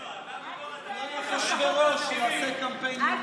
אולי אחשוורוש יעשה קמפיין במימון המונים.